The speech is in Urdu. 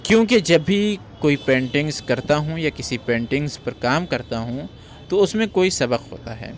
کیوں کہ جب بھی کوئی پینٹنگز کرتا ہوں یا کسی پینٹنگز پر کام کرتا ہوں تو اُس میں کوئی سبق ہوتا ہے